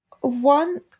one